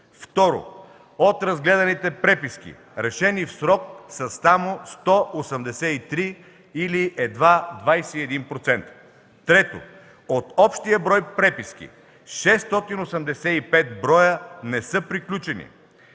2. От разгледаните преписки, решени в срок са само 183, или едва 21%. 3. От общия брой преписки 685 броя не са приключени,